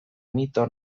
mito